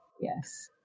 Yes